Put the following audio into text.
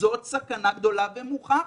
זו סכנה גדולה ומוכחת.